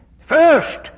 First